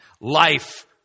Life